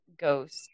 ghost